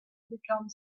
become